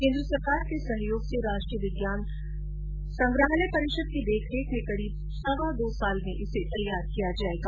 केन्द्र सरकार के सहयोग राष्ट्रीय विज्ञान संग्रहालय परिषद की देखरेख में करीब सवा दो साल में इसे तैयार किया जायेगा